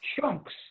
chunks